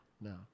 no